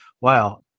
Wow